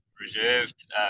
reserved